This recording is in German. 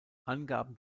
angaben